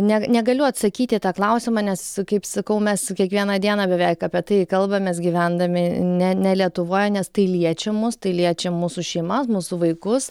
ne negaliu atsakyti į tą klausimą nes kaip sakau mes kiekvieną dieną beveik apie tai kalbamės gyvendami ne ne lietuvoj nes tai liečia mus tai liečia mūsų šeimas mūsų vaikus